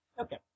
Okay